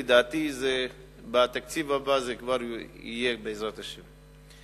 לדעתי, בתקציב הבא זה כבר יהיה, בעזרת השם.